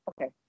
Okay